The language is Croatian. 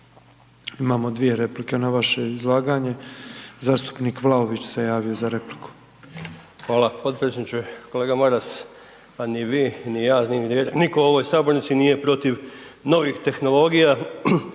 Imamo dvije replike na vaše izlaganje. Zastupnik Vlaović se javio za repliku. **Vlaović, Davor (HSS)** Hvala potpredsjedniče. Kolega Maras, pa ni vi ni ja ni nitko u ovoj sabornici nije protiv novih tehnologija,